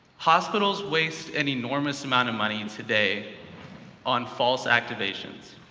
hospitals waste an enormous amount of money and today on false activations.